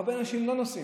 הרבה אנשים לא נוסעים.